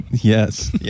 Yes